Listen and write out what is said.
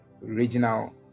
regional